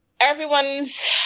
Everyone's